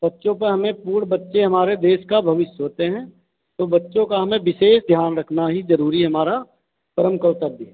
बच्चों पर हमें पूर्ण बच्चे हमारे देश का भविष्य होते हैं और बच्चों का हमे विशेष ध्यान रखना ही जरूरी है हमारा परम कर्तव्य है